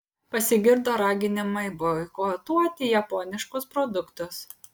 pasigirdo raginimai boikotuoti japoniškus produktus